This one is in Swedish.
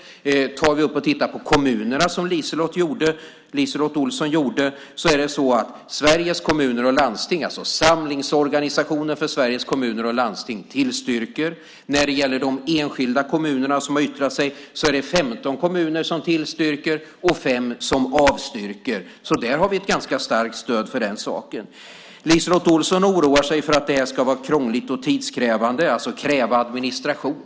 Vi kan titta på kommunerna, som LiseLotte Olsson gjorde. Sveriges Kommuner och Landsting, alltså samlingsorganisationen för Sveriges kommuner och landsting, tillstyrker det här. När det gäller de enskilda kommuner som har yttrat sig är det 15 kommuner som tillstyrker och fem som avstyrker det. Där har vi alltså ett ganska starkt stöd för den här saken. LiseLotte Olsson oroar sig för att det här ska vara krångligt och tidskrävande, alltså kräva administration.